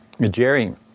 Jerry